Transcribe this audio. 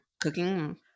cooking